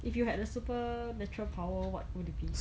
if you had a supernatural power what would it be